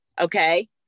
okay